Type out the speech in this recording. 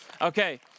Okay